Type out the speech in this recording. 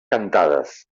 cantades